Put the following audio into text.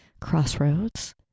crossroads